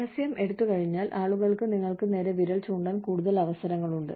രഹസ്യം എടുത്തുകഴിഞ്ഞാൽ ആളുകൾക്ക് നിങ്ങൾക്ക് നേരെ വിരൽ ചൂണ്ടാൻ കൂടുതൽ അവസരങ്ങളുണ്ട്